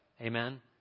Amen